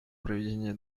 проведении